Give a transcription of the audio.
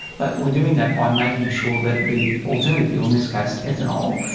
but we are doing that by making sure that the alternative fuel, in this case ethanol,